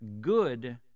good